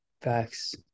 Facts